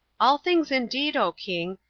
all things indeed, o king,